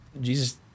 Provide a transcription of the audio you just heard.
Jesus